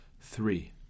Three